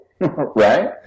right